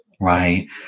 right